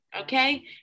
Okay